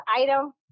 item